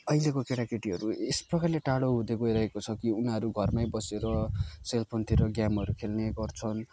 अहिलेको केटाकेटीहरू यसप्रकारले टाढो हुँदै गइरहेको छ कि उनीहरू घरमै बसेर सेलफोनतिर गेमहरू खेल्ने गर्छन्